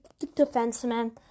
defenseman